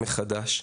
מחדש,